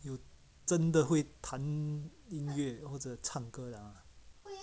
有真的会谈音乐或者唱歌的 ah